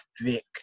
Vic